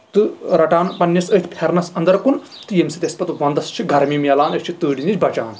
تہٕ رَٹان پَنٕنِس أتھۍ پھیرنَس اَنٛدر کُن تہٕ ییٚمہِ سۭتۍ پَتہٕ ونٛدس چھِ گرمی مِلان أسۍ چھِ تۭرِ نِش بَچان